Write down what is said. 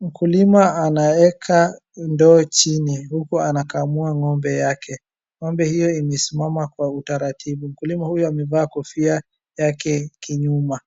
Mkulima anaeka ndoo chini huku anakamua ng'ombe yake , ng'ombe hii imesimama kwa utaratibu .Mkulima huu amevaa kofia yake kinyuma ,